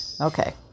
Okay